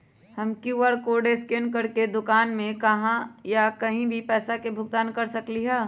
हम QR code scan करके दुकान में या कहीं भी पैसा के भुगतान कर सकली ह?